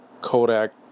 Kodak